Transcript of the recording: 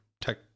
tech